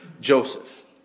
Joseph